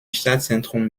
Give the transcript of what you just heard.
stadtzentrum